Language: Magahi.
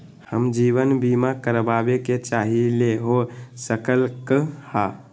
हम जीवन बीमा कारवाबे के चाहईले, हो सकलक ह?